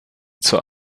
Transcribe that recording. zur